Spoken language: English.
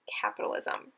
capitalism